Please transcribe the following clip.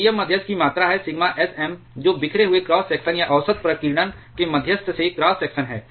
VM मध्यस्थ की मात्रा है सिग्मा sM जो बिखरे हुए क्रॉस सेक्शन या औसत प्रकीर्णन के मध्यस्थ से क्रॉस सेक्शन है